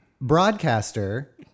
broadcaster